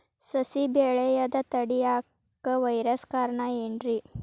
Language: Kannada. ಸಸಿ ಬೆಳೆಯುದ ತಡಿಯಾಕ ವೈರಸ್ ಕಾರಣ ಏನ್ರಿ?